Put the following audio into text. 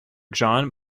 john